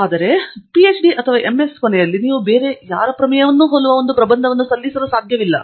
ವಾಸ್ತವವಾಗಿ MS ಅಥವಾ PhD ಯ ಕೊನೆಯಲ್ಲಿ ನೀವು ಬೇರೆ ಯಾರ ಪ್ರಮೇಯವನ್ನು ಹೋಲುವ ಒಂದು ಪ್ರಬಂಧವನ್ನು ಸಲ್ಲಿಸಲು ಸಾಧ್ಯವಿಲ್ಲ